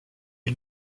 ils